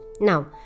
now